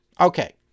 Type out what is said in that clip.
Okay